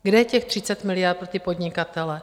Kde je těch 30 miliard pro ty podnikatele?